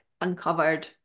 uncovered